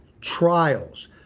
trials